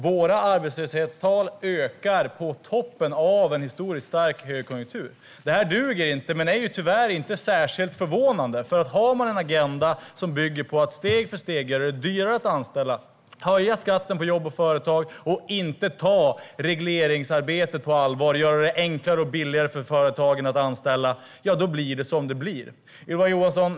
Våra arbetslöshetstal ökar på toppen av en historiskt stark högkonjunktur. Detta duger inte, men det är tyvärr inte särskilt förvånande. Har man en agenda som bygger på att steg för steg göra det dyrare att anställa, höja skatten på jobb och för företag och inte ta regleringsarbetet på allvar så att det blir enklare och billigare för företagen att anställa blir det som det blir. Ylva Johansson!